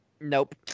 Nope